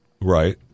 Right